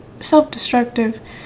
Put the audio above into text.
self-destructive